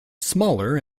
smaller